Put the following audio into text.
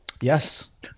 Yes